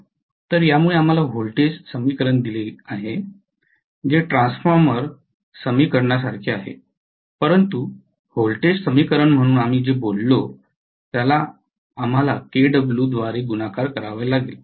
तर यामुळे आम्हाला व्होल्टेज समीकरण दिले गेले जे ट्रान्सफॉर्मर समीकरणासारखे आहे परंतु व्होल्टेज समीकरण म्हणून आम्ही जे बोललो त्याला आम्हाला kw द्वारे गुणाकार करावे लागेल